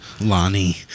Lonnie